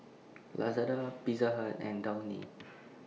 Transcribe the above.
Lazada Pizza Hut and Downy